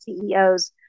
CEOs